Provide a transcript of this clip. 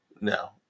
No